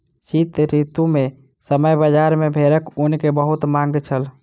शीत ऋतू के समय बजार में भेड़क ऊन के बहुत मांग छल